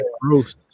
gross